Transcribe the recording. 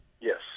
Yes